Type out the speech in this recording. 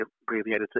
abbreviated